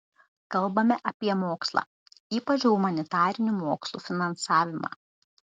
kalbame apie mokslą ypač humanitarinių mokslų finansavimą